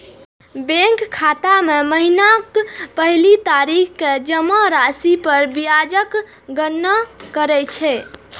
bank खाता मे महीनाक पहिल तारीख कें जमा राशि पर ब्याजक गणना करै छै